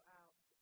out